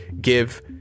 give